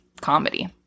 comedy